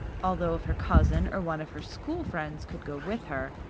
although if her cousin or one of her school friends could go with her,